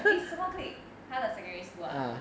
it's how big 他的 secondary school ah